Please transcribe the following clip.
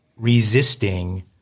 resisting